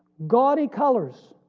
gaudy colors,